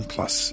Plus